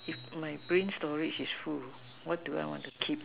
if my brain storage is full what do I want to keep